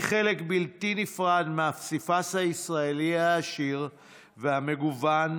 היא חלק בלתי נפרד מהפסיפס הישראלי העשיר והמגוון,